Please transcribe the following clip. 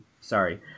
Sorry